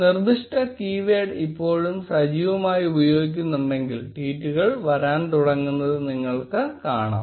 നിർദ്ദിഷ്ട keyword ഇപ്പോഴും സജീവമായി ഉപയോഗിക്കുന്നുണ്ടെങ്കിൽ ട്വീറ്റുകൾ വരാൻ തുടങ്ങുന്നത് നിങ്ങൾക്ക് കാണാം